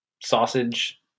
sausage